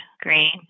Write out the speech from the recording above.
green